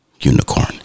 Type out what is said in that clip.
Unicorn